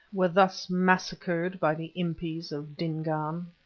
were thus massacred by the impis of dingaan.